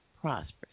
prosperous